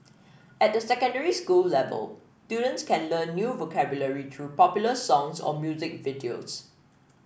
at the secondary school level students can learn new vocabulary through popular songs or music videos